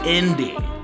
ending